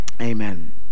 Amen